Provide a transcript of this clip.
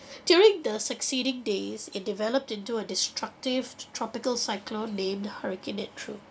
during the succeeding days it developed into a destructive tropical cyclone named hurricane andrew